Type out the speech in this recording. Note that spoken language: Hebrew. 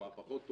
מה פחות טוב,